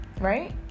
right